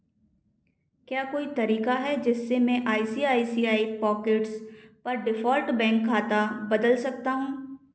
क्या कोई तरीका है जिससे मैं I C I C I pockets पर डिफ़ॉल्ट बैंक खाता बदल सकता हूँ